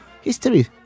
history